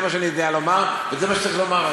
זה מה שאני יודע לומר, וזה מה שצריך לומר.